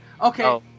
Okay